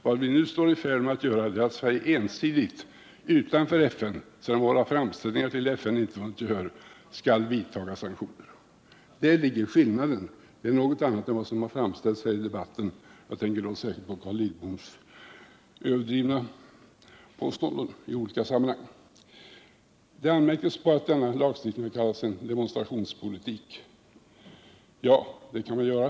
Vad vi nuär i färd med att göra är att fatta beslut om att Sverige ensidigt och utarför FN — sedan våra framställningar i FN icke vunnit gehör — skall vidta sanktioner. Däri ligger skillnaden mellan oss. Det är någonting annat än vad som påståtts i debatten. Jag tänker särskilt på Carl Lidboms överdrivna påståenden i olika sammanhang. Det har anmärkts på att denna lagstiftning har kallats för demonstrationspolitik. Ja, en sådan anmärkning kan man göra.